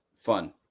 fun